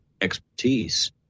expertise